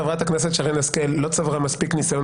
חברת הכנסת שרן השכל לא צברה מספיק ניסיון